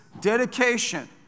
dedication